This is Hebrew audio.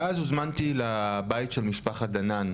ואז הוזמנתי לבית של משפחת דנן,